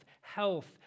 health